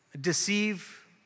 deceive